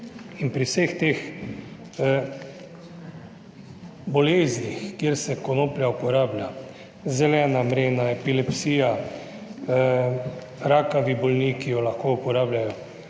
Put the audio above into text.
pri vseh teh boleznih, kjer se konoplja uporablja, zelena mrena, epilepsija, rakavi bolniki jo lahko uporabljajo,